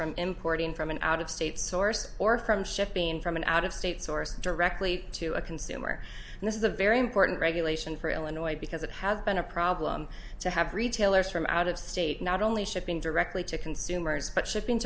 from importing from an out of state source or from shipping from an out of state source directly to a consumer and this is a very important regulation for illinois because it has been a problem to have retailers from out of state not only shipping directly to consumers but shipping